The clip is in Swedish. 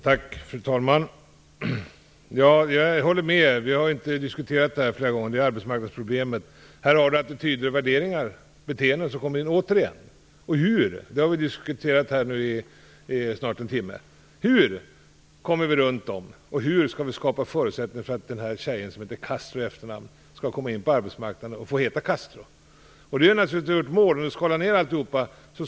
Fru talman! Jag håller med. Vi har diskuterat det här arbetsmarknadsproblemet flera gånger. Här har vi attityder, värderingar och beteenden som kommer in återigen. Det här har vi diskuterat i snart en timme nu. Hur kommer vi runt dem, och hur skall vi skapa förutsättningar för att den här tjejen som heter Castro i efternamn skall komma in på arbetsmarknaden och få heta Castro? Det är naturligtvis vårt mål. Castro skall få ett arbete.